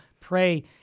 Pray